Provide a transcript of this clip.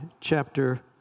chapter